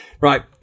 Right